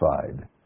satisfied